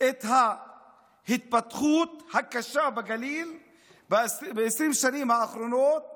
את ההתפתחות הקשה בגליל ב-20 השנים האחרונות